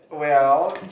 well